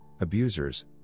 abusers